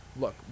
look